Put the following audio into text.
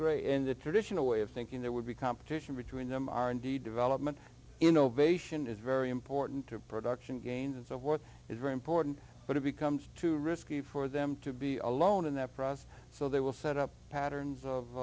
great in the traditional way of thinking there would be competition between them are indeed development innovation is very important to production gains and so forth is very important but it becomes too risky for them to be alone in that process so they will set up patterns of